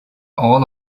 all